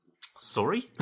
Sorry